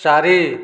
ଚାରି